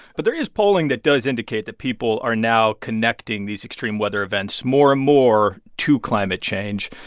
but there is polling that does indicate that people are now connecting these extreme weather events more and more to climate change.